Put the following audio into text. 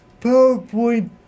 PowerPoint